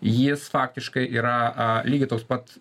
jis faktiškai yra a lygiai toks pat